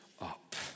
up